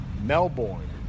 melbourne